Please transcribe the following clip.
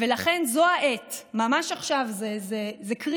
לכן זו העת, ממש עכשיו, זה קריטי: